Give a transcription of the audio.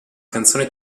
canzone